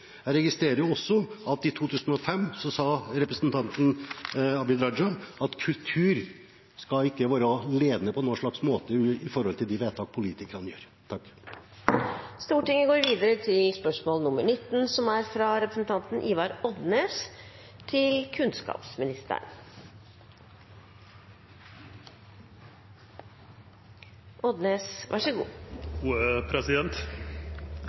Jeg registrerer også at i 2005 sa representanten Abid Q. Raja at kultur skal ikke være ledende på noen slags måte for de vedtak politikerne gjør. Spørsmålet mitt til kunnskapsministeren går litt i same bane som spørsmålet som vart stilt her tidlegare: «Personer over 16 år som er innvilga opphaldsløyve, har rett til